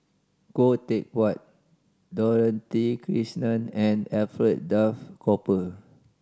Khoo Teck Puat Dorothy Krishnan and Alfred Duff Cooper